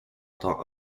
temps